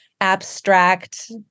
abstract